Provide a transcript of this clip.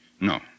No